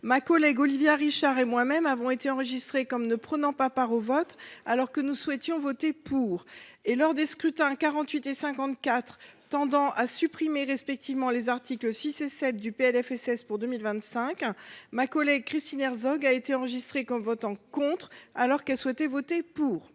ma collègue Olivia Richard et moi même avons été enregistrées comme ne prenant pas part au vote, alors que nous souhaitions voter pour. Par ailleurs, lors des scrutins publics n° 48 et n° 54, sur des amendements tendant à supprimer respectivement les articles 6 et 7 du PLFSS pour 2025, ma collègue Christine Herzog a été enregistrée comme votant contre, alors qu’elle souhaitait voter pour.